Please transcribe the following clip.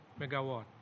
megawatt